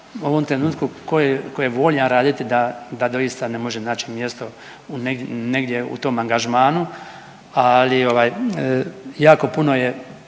u ovom trenutku, tko je voljan raditi, da doista ne može naći mjesto u negdje u tom angažmanu, ali ovaj, jako puno je